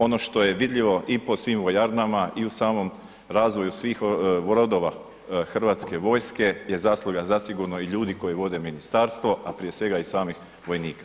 Ono što je vidljivo i po svim vojarnama i u samom razvoju svih brodova Hrvatske vojske je zasluga zasigurno i ljudi koji vode ministarstvo a prije svega i samih vojnika.